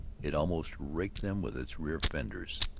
it almost raked them with its rear fenders.